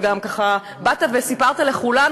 וגם ככה באת וסיפרת לכולנו,